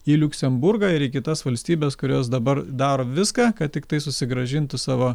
į liuksemburgą ir į kitas valstybes kurios dabar daro viską kad tiktai susigrąžintų savo